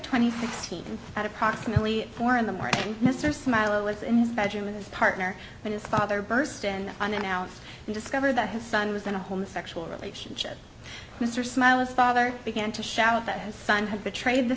twenty sixth and at approximately four in the morning mr smiley was in his bedroom and his partner and his father burst in unannounced and discovered that his son was in a homosexual relationship mr smiles father began to shout that his son had betrayed the